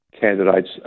candidates